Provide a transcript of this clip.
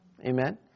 Amen